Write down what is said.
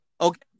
Okay